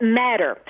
matter